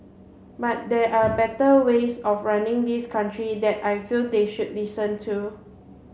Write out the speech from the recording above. but there are better ways of running this country that I feel they should listen to